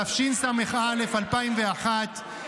תשס"א 2001,